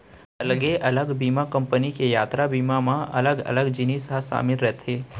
अलगे अलग बीमा कंपनी के यातरा बीमा म अलग अलग जिनिस ह सामिल रथे